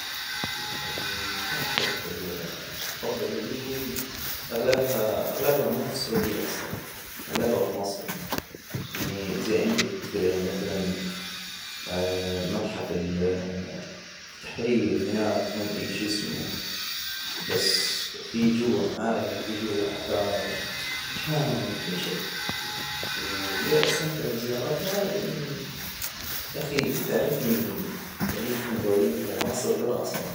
المتاحف ال- المفضلة لي أغلبها- أغلبها مو في السعودية أصلا، أغلبها في مصر، يعني زي عندك مثلا المتحف ال- التحرير هناك ما أدري شو اسمه، بس في جوه معالم وفي جوه آثار شامل كل شي. وليه أستمتع بزيارتها؟ لأن يا أخي تعرفني تاريخ من تواريخ وعصر غير عصرنا.